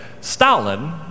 Stalin